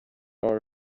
our